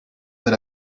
that